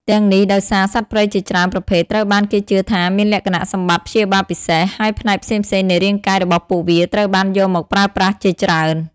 ទាំងនេះដោយសារ សត្វព្រៃជាច្រើនប្រភេទត្រូវបានគេជឿថាមានលក្ខណៈសម្បត្តិព្យាបាលពិសេស ហើយផ្នែកផ្សេងៗនៃរាងកាយរបស់ពួកវាត្រូវបានយកមកប្រើប្រាស់ជាច្រើន។